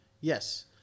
Yes